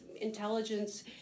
intelligence